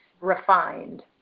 refined